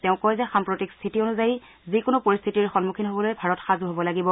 তেওঁ কয় যে সাম্প্ৰতিক স্থিতি অনুযায়ী যিকোনো পৰিস্থিতিৰ সম্মুখীন হবলৈ ভাৰত সাজূ হ'ব লাগিব